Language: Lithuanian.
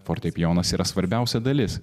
fortepijonas yra svarbiausia dalis